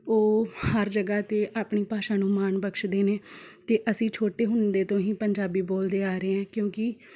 ਉਹ ਹਰ ਜਗ੍ਹਾ 'ਤੇ ਆਪਣੀ ਭਾਸ਼ਾ ਨੂੰ ਮਾਣ ਬਖਸ਼ਦੇ ਨੇ ਅਤੇ ਅਸੀਂ ਛੋਟੇ ਹੁੰਦੇ ਤੋਂ ਹੀ ਪੰਜਾਬੀ ਬੋਲਦੇ ਆ ਰਹੇ ਐਂ ਕਿਉਂਕਿ